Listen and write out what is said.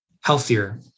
healthier